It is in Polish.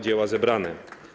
Dzieła zebrane”